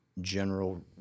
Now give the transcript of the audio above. general